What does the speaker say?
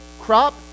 crop